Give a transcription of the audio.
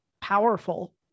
powerful